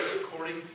according